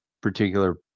particular